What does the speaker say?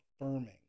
affirming